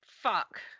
Fuck